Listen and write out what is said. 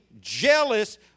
jealous